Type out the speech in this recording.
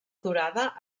durada